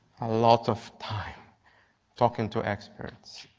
a lot of time talking to experts.